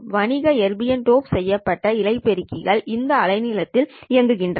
வணிக erbium dope செய்யப்பட்ட இழைபெருக்கிகள் இந்த அலைநீளத்தில் இயங்குகின்றன